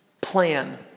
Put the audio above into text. plan